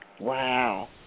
Wow